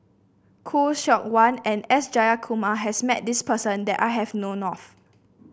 Khoo Seok Wan and S Jayakumar has met this person that I have known of